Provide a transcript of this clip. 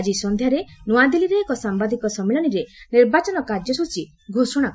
ଆଜି ସନ୍ଧ୍ୟାରେ ନୂଆଦିଲ୍ଲୀରେ ଏକ ସାମ୍ବାଦିକ ସମ୍ମିଳନୀରେ ନିର୍ବାଚନ କାର୍ଯ୍ୟସ୍ଟଚୀ ଘୋଷଣା କରାଯିବ